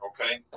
okay